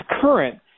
current